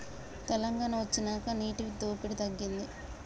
తెలంగాణ వొచ్చినాక నీటి దోపిడి తగ్గింది